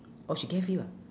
oh she gave you ah